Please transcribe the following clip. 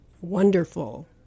wonderful